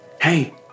hey